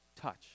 touch